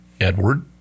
Edward